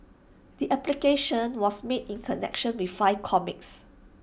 the application was made in connection with five comics